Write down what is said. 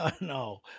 no